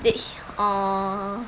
err